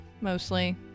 mostly